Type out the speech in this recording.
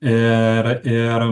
ir ir